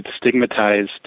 stigmatized